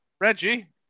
Reggie